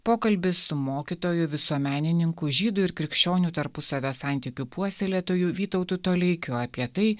pokalbis su mokytoju visuomenininku žydų ir krikščionių tarpusavio santykių puoselėtoju vytautu toleikiu apie tai